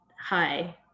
hi